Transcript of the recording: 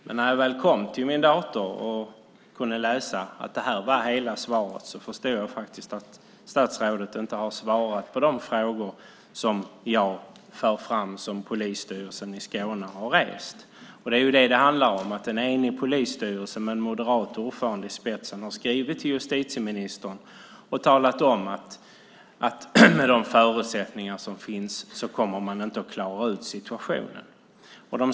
Men när jag väl kom till min dator och kunde läsa att det var hela svaret förstod jag att statsrådet inte har svarat på de frågor som jag för fram som polisstyrelsen i Skåne har rest. En enig polisstyrelse med en moderat ordförande i spetsen har skrivit till justitieministern och talat om att med de förutsättningar som finns kommer man inte att klara situationer.